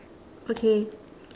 okay